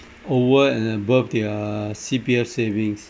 over and above their C_P_F savings